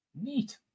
Neat